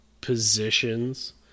positions